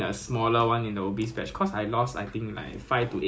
like like 一点肉 ya